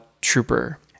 trooper